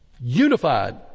unified